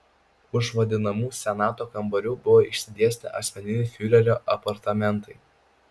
už vadinamų senato kambarių buvo išsidėstę asmeniniai fiurerio apartamentai